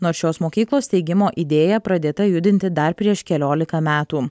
nors šios mokyklos steigimo idėja pradėta judinti dar prieš keliolika metų